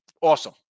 awesome